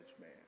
man